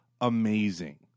amazing